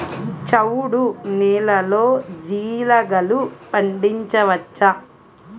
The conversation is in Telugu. చవుడు నేలలో జీలగలు పండించవచ్చా?